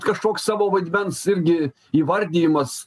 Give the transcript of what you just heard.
kažkoks savo vaidmens irgi įvardijimas